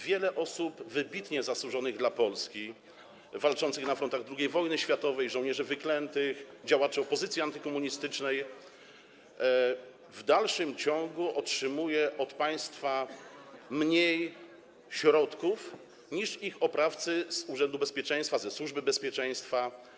Wiele osób wybitnie zasłużonych dla Polski, walczących na frontach II wojny światowej, żołnierzy wyklętych, działaczy opozycji antykomunistycznej w dalszym ciągu otrzymuje od państwa mniej środków niż ich oprawcy z Urzędu Bezpieczeństwa, ze Służby Bezpieczeństwa.